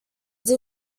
did